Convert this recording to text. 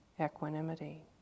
equanimity